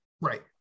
Right